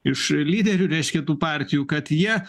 iš lyderių reiškia tų partijų kad jie